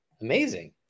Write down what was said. Amazing